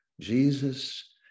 Jesus